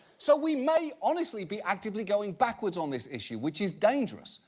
so, we may honestly be actively going backwards on this issue, which is dangerous,